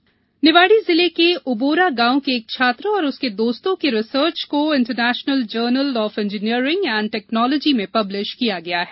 छात्र रिसर्च निवाड़ी जिले के उबोरा गांव के एक छात्र और उसके दोस्तों की रिसर्च को international journal of engineering and technology में पब्लिश किया गया है